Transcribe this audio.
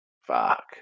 fuck